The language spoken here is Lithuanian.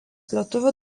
lietuvių